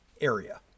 area